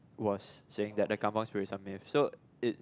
was saying that the Kampung spirit is a myth so it's